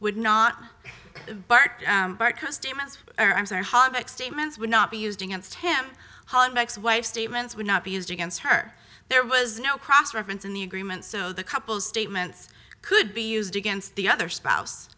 would not harvick statements would not be used against him hollenbeck's wife statements would not be used against her there was no cross reference in the agreement so the couple statements could be used against the other spouse